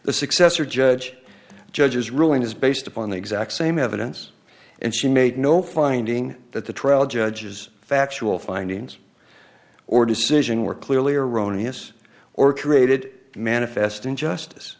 the successor judge judge's ruling is based upon the exact same evidence and she made no finding that the trial judge's factual findings or decision were clearly erroneous or created manifest injustice